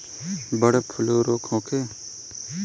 Bird flu का रोग होखे?